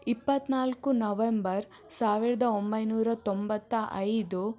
ಇಪ್ಪತ್ತ್ನಾಲ್ಕು ನವೆಂಬರ್ ಸಾವಿರದ ಒಂಬೈನೂರ ತೊಂಬತ್ತ ಐದು